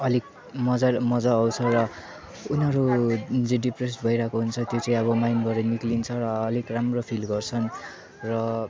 अलिक मज्जाले मज्जा आउँछ र उनीहरू जे डिप्रेस्ड भइरहेको हुन्छ त्यो चाहिँ अब माइन्डबाट निस्किन्छ र अलिक राम्रो फिल गर्छन् र